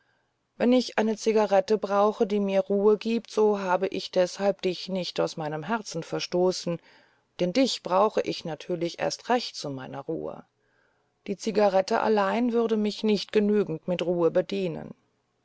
wenn ich eine zigarette brauche die mir ruhe gibt so habe ich deshalb dich nicht aus meinem herzen verstoßen denn dich brauche ich natürlich erst recht zu meiner ruhe die zigarette allein würde mich nicht genügend mit ruhe bedienen